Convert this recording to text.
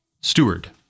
steward